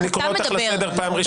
אני קורא אותך לסדר פעם ראשונה.